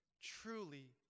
Truly